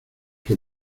que